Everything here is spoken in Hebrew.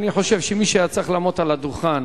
אני חושב שמי שצריך היה לעמוד על הדוכן